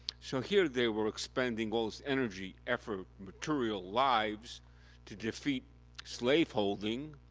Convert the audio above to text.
so, here they were expending all this energy, effort, material, lives to defeat slaveholding,